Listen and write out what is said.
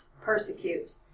persecute